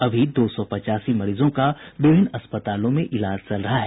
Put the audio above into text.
अभी दो सौ पचासी मरीजों का विभिन्न अस्पतालों में इलाज चल रहा है